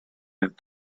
and